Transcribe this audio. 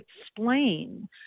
explain